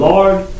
Lord